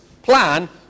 Plan